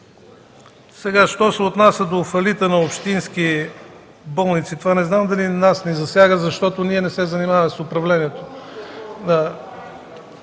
Що се отнася до фалита на общински болници – това не знам дали ни засяга, защото ние не се занимаваме с управлението.